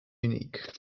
unique